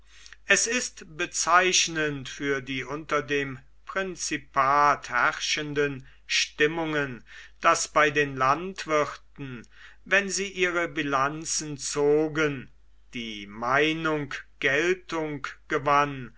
es ist bezeichnend für die unter dem prinzipat herrschenden stimmungen daß bei den landwirten wenn sie ihre bilanzen zogen die meinung geltung gewann